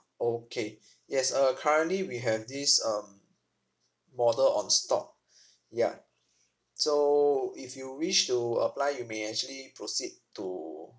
okay yes uh currently we have this um model on stock ya so if you wish to apply you may actually proceed to